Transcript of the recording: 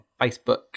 Facebook